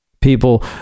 People